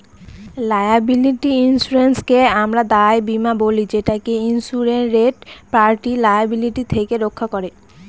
liability ইন্সুরেন্সকে আমরা দায় বীমা বলি যেটা ইন্সুরেড পার্টিকে লায়াবিলিটি থেকে রক্ষা করে